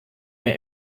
mehr